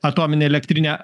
atominė elektrinė